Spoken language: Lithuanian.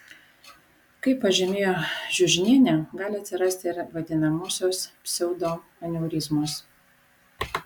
kaip pažymėjo žiužnienė gali atsirasti ir vadinamosios pseudoaneurizmos